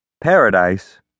paradise